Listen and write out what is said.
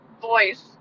voice